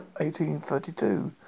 1832